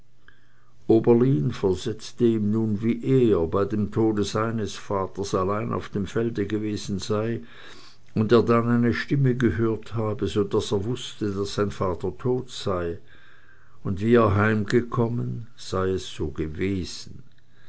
oberlin versetzte ihm nun wie er bei dem tod seines vaters allein auf dem felde gewesen sei und er dann eine stimme gehört habe so daß er wußte daß sein vater tot sei und wie er heimgekommen sei es so gewesen